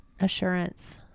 assurance